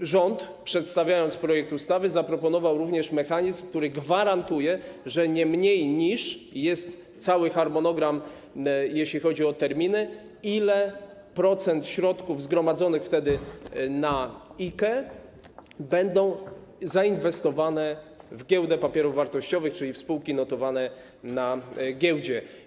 rząd, przedstawiając projekt ustawy, zaproponował mechanizm, który gwarantuje - jest cały harmonogram, jeśli chodzi o terminy -jaki procent środków zgromadzonych wtedy na IKE będzie zainwestowany w Giełdę Papierów Wartościowych, w spółki notowane na giełdzie.